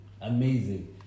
Amazing